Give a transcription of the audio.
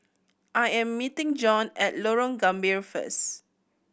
I am meeting Jon at Lorong Gambir first